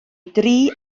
dri